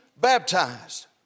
baptized